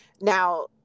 Now